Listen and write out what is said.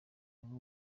amwe